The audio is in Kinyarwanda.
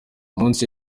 umunsi